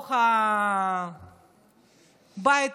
בתוך הבית